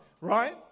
right